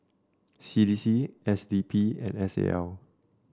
C D C S D P and S A L